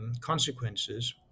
consequences